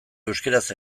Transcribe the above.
euskaraz